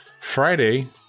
Friday